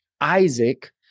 Isaac